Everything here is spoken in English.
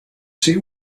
see